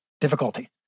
difficulty